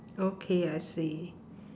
okay I see